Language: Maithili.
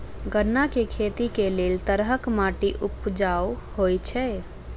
गन्ना केँ खेती केँ लेल केँ तरहक माटि उपजाउ होइ छै?